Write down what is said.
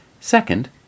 Second